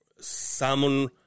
salmon